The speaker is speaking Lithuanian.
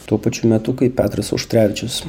tuo pačiu metu kai petras auštrevičius